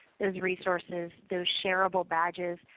those resources, those shareable badges.